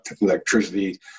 electricity